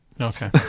Okay